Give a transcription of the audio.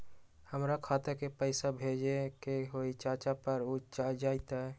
हमरा खाता के पईसा भेजेए के हई चाचा पर ऊ जाएत?